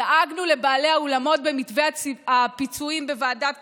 דאגנו לבעלי האולמות במתווה הפיצויים בוועדת הכספים,